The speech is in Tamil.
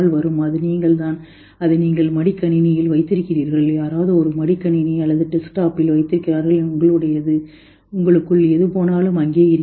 எனவே அது நீங்கள் தான் அதை நீங்கள் மடிக்கணினியில் வைத்திருக்கிறீர்கள் யாராவது ஒரு மடிக்கணினி அல்லது டெஸ்க்டாப்பில் வைக்கிறார்கள் உங்களுடையது உங்களுக்குள் எது நடந்தாலும் அங்கே இருக்கிறது